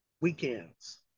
weekends